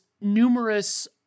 numerous